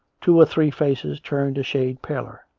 two or three faces turned a shade paler